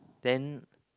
then